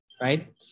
right